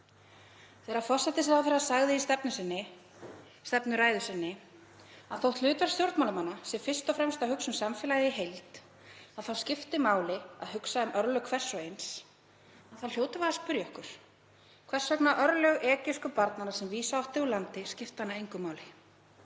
Þegar forsætisráðherra sagði í stefnuræðu sinni að þótt hlutverk stjórnmálamanna væri fyrst og fremst að hugsa um samfélagið í heild skipti máli að hugsa um örlög hvers og eins þá hljótum við að spyrja okkur hvers vegna örlög egypsku barnanna sem vísa átti úr landi skiptu hana engu máli.